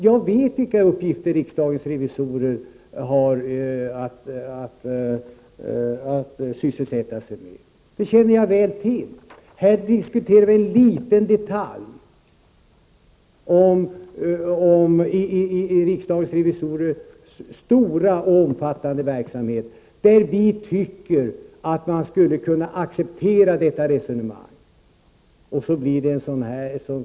Jag vet vilken uppgift riksdagens revisorer har. Det känner jag mycket väl till. Vi diskuterar här en liten detalj i riksdagens revisorers omfattande verksamhet. Vi tycker att man skulle kunna acceptera detta resonemang. Och så blir det ett sådant här ståhej!